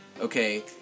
Okay